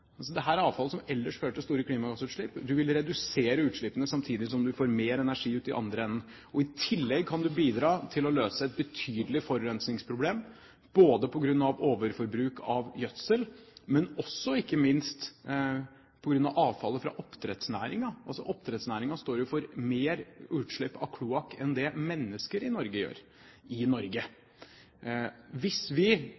vil redusere utslippene samtidig som man får mer energi ut i andre enden. I tillegg kan man bidra til å løse et betydelig forurensningsproblem, både på grunn av overforbruk av gjødsel og ikke minst på grunn av avfallet fra oppdrettsnæringen. Oppdrettsnæringen står jo for mer utslipp av kloakk enn det mennesker i Norge gjør i Norge.